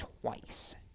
twice